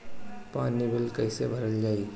पानी बिल कइसे भरल जाई?